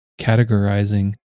categorizing